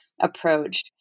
approach